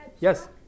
Yes